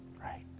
right